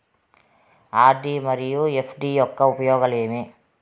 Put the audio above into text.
RD మరియు FD యొక్క ఉపయోగాలు ఏమి?